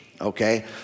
Okay